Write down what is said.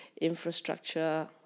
infrastructure